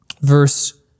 Verse